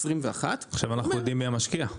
7464/21. עכשיו אנחנו יודעים מי המשקיע.